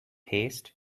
haste